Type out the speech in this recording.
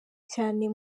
cyane